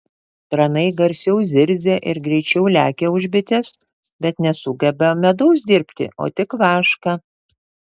tranai garsiau zirzia ir greičiau lekia už bites bet nesugeba medaus dirbti o tik vašką